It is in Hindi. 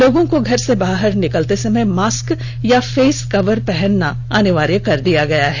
लोगों को घर से बाहर निकलते समय मास्क या फेस कवर पहनना अनिवार्य कर दिया गया है